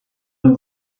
and